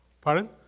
Pardon